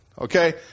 okay